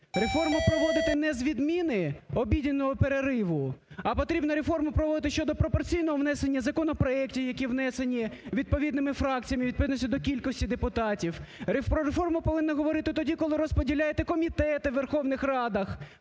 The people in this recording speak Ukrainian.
реформи проводити не з відміни обіднього перериву, а потрібно проводити реформи щодо пропорційного внесення законопроектів, які внесені відповідними фракціями, у відповідності до кількості депутатів. Про реформа повинні говорити тоді, коли розподіляти комітети у Верховній Раді,